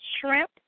shrimp